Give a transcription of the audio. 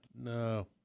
no